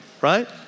right